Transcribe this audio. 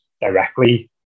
directly